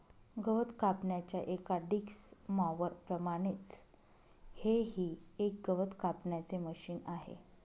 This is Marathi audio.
गवत कापण्याच्या एका डिक्स मॉवर प्रमाणेच हे ही एक गवत कापण्याचे मशिन आहे